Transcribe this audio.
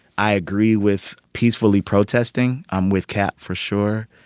i agree with peacefully protesting, i'm with kap for sure.